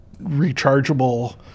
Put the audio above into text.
rechargeable